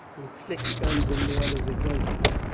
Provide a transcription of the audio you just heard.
with six guns and mortars, against us.